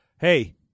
hey